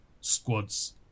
squads